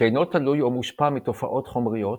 שאינו תלוי או מושפע מתופעות חומריות,